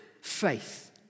faith